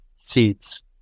seats